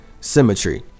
symmetry